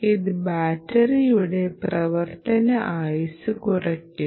ഇത് ബാറ്ററിയുടെ പ്രവർത്തന ആയുസ്സ് കുറയ്ക്കുന്നു